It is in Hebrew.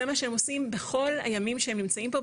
זה מה שהם עושים בכל הימים שהם נמצאים פה,